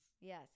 yes